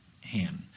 hand